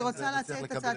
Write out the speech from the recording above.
אני רוצה להציע את הצעתי,